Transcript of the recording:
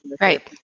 Right